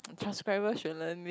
transparent should I mean